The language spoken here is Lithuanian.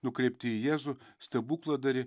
nukreipti į jėzų stebukladarį